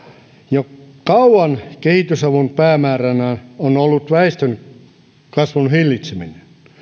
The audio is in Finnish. jo kauan kehitysavun päämääränä on ollut väestönkasvun hillitseminen